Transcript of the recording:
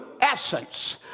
essence